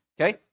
okay